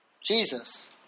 Jesus